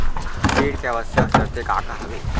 ऋण के आवश्यक शर्तें का का हवे?